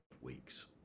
weeks